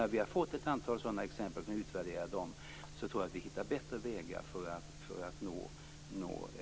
När vi har fått ett antal sådana exempel och utvärderat dem tror jag att vi hittar bättre vägar för att nå integration.